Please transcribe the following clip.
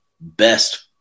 best –